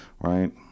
Right